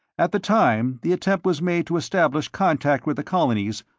at the time the attempt was made to establish contact with the colonies,